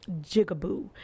jigaboo